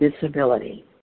disability